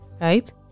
right